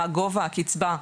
מה גובה הקצבה?